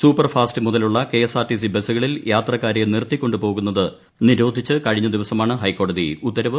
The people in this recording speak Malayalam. സൂപ്പർ ഫാസ്റ്റ് മുതലുള്ള K S R T C ബസ്സുകളിൽ ്യാത്രക്കാരെ നിർത്തിക്കൊണ്ട് പോകുന്നത് നിരോധിച്ച് കഴിഞ്ഞ ദിവസമാണ് ഹൈക്കോടതി ഉത്തരവ് പുറപ്പെടുവിച്ചത്